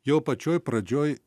jau pačioj pradžioj